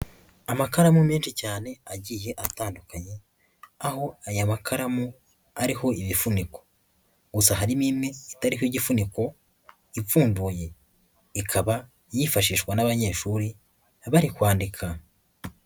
Amakaramu menshi cyane agiye atandukanye aho aya makaramu ariho ibifuniko, gusa harimo imwe itariho igifuniko ipfunduye, ikaba yifashishwa n'abanyeshuri bari kwandika.